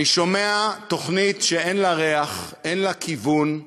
אני שומע תוכנית שאין לה ריח, אין לה כיוון,